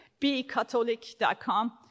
becatholic.com